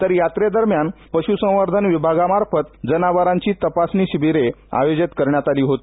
तर यात्रे दरम्यान पशुसंवर्धन विभागामार्फत जनावरांची तपासणी शिविर आयोजीत करण्यात आली होती